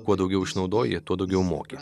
kuo daugiau išnaudoji tuo daugiau moki